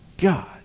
God